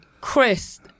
Chris